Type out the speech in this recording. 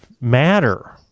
matter